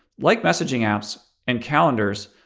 like messaging apps and calendars,